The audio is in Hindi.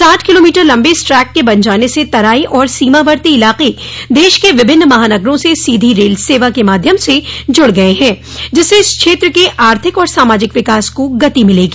साठ किलोमीटर लम्बे इस ट्रैक के बन जाने से तराई और सीमावर्ती इलाक देश के विभिन्न महानगरों से सीधी रेल सेवा के माध्यम से जुड़ गये हैं जिससे इस क्षेत्र के आर्थिक और सामाजिक विकास को गति मिलेगी